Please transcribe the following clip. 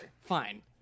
Fine